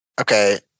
okay